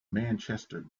manchester